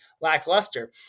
lackluster